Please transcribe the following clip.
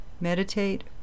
meditate